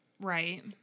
Right